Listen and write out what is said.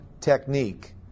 technique